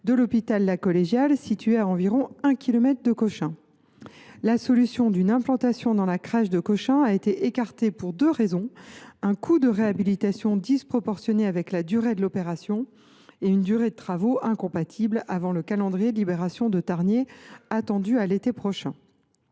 de l’hôpital de la Collégiale, situés à environ un kilomètre de Cochin. La solution d’une implantation dans la crèche de Cochin a été écartée pour deux raisons : un coût de réhabilitation disproportionné par rapport à la durée de l’opération et une durée de travaux incompatible avec le calendrier de la libération de Tarnier, attendue pour l’été prochain.